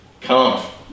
Come